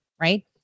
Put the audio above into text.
right